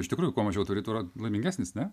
iš tikrųjų kuo mažiau turi tuo laimingesnis ne